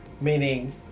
Meaning